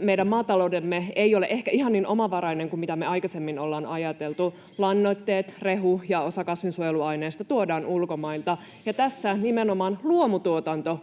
meidän maataloutemme ei ole ehkä ihan niin omavarainen kuin mitä me aikaisemmin ollaan ajateltu. Lannoitteet, rehu ja osa kasvinsuojeluaineista tuodaan ulkomailta, ja tässä nimenomaan luomutuotanto on